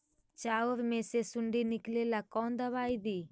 चाउर में से सुंडी निकले ला कौन दवाई दी?